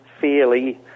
fairly